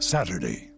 Saturday